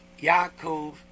Yaakov